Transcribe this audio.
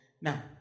Now